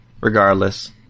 Regardless